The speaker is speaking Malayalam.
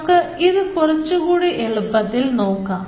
നമുക്ക് ഇത് കുറച്ചുകൂടി എളുപ്പത്തിൽ നോക്കാം